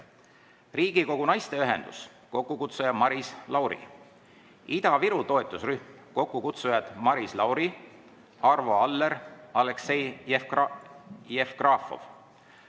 Riigikogu naisteühendus, kokkukutsuja Maris Lauri; Ida-Viru toetusrühm, kokkukutsujad Maris Lauri, Arvo Aller, Aleksei Jevgrafov;